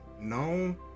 known